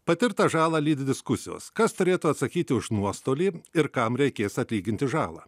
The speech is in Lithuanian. patirtą žalą lydi diskusijos kas turėtų atsakyti už nuostolį ir kam reikės atlyginti žalą